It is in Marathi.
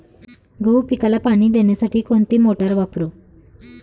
गहू पिकाला पाणी देण्यासाठी कोणती मोटार वापरू?